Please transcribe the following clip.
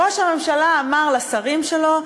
ראש הממשלה אמר לשרים שלו,